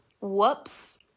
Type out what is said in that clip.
Whoops